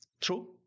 True